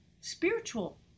Spiritual